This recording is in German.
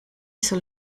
soll